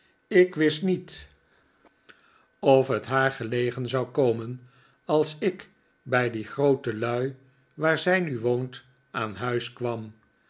ik wist niet of het haar gelegen zou komen als ik bij die groote lui waar zij nu woont aan huis kwam